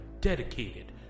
dedicated